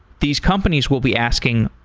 these companies will be asking,